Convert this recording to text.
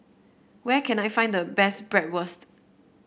where can I find the best Bratwurst